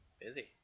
busy